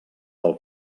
del